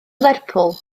lerpwl